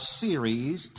series